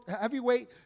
heavyweight